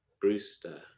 Brewster